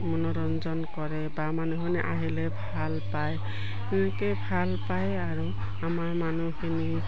মনোৰঞ্জন কৰে বা মানুহখিনি আহিলে ভাল পায় এনেকে ভাল পায় আৰু আমাৰ মানুহখিনি